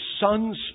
Son's